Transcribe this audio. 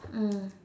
mm